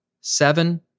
Seven